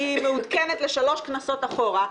היא מעודכנת לשלוש כנסות אחורה,